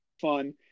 fun